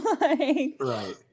Right